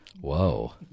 Whoa